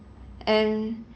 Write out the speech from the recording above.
and